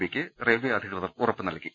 പിക്ക് railway അധികൃതർ ഉറപ്പുനൽകി